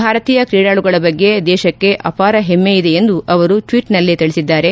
ಭಾರತೀಯ ಕ್ರೀಡಾಳುಗಳ ಬಗ್ಗೆ ದೇಶಕ್ಕೆ ಅಪಾರ ಹೆಮ್ನೆಯಿದೆ ಎಂದು ಅವರು ಟ್ನೀಟ್ನಲ್ಲಿ ತಿಳಿಸಿದ್ದಾರೆ